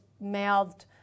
mouthed